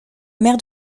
maire